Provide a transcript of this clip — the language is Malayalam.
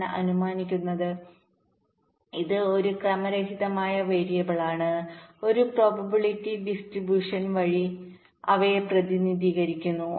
ഞാൻ അനുമാനിക്കുന്നത് ഇത് ഒരു ക്രമരഹിതമായ വേരിയബിളാണ് ഒരു പ്രോബബിലിറ്റി ഡിസ്ട്രിബ്യൂഷൻവഴി അവയെ പ്രതിനിധീകരിക്കുന്നു